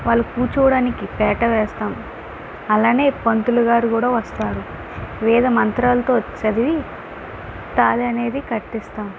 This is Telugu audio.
వాళ్ళు కూర్చోవడానికి పీట వేస్తాం అలానే పంతులుగారు కూడా వస్తాడు వేద మంత్రాలతో చదివి తాళి అనేది కట్టిస్తాం